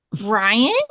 Brian